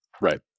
Right